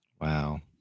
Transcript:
Wow